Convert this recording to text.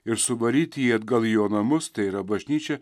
ir suvaryti jį atgal į jo namus tai yra bažnyčią